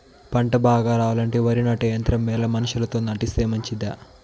పంట బాగా రావాలంటే వరి నాటే యంత్రం మేలా మనుషులతో నాటిస్తే మంచిదా?